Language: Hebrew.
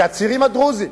הצעירים הדרוזים